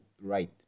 right